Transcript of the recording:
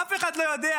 אף אחד לא יודע.